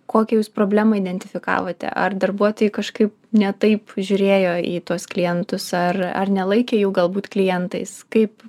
kokią jūs problemą identifikavote ar darbuotojai kažkaip ne taip žiūrėjo į tuos klientus ar ar nelaikė jų galbūt klientais kaip